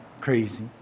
crazy